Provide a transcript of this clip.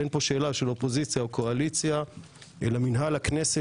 אין פה שאלה של קואליציה ואופוזיציה אלא מנהל הכנסת